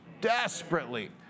desperately